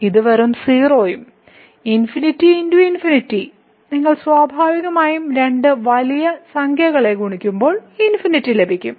ഇത് വെറും 0 ഉം ∞×∞ നിങ്ങൾ സ്വാഭാവികമായും രണ്ട് വലിയ സംഖ്യകളും ഗുണിക്കുമ്പോൾ ∞ ലഭിക്കും